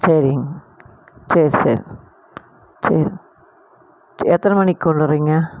சரிங்க சரி சரி சரி எத்தனை மணிக்குள்ளாரைங்க